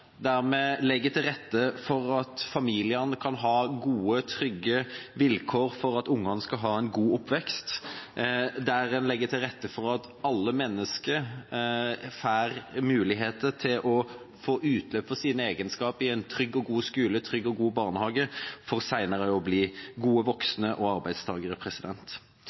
der vi legger til rette for at familiene kan ha gode, trygge vilkår for at barna skal ha en god oppvekst, og der vi legger til rette for at alle mennesker får mulighet til å få utløp for sine egenskaper i en trygg og god barnehage og i en trygg og god skole for senere å bli gode voksne og arbeidstakere.